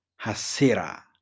Hasira